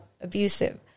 abusive